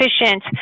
efficient